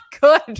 good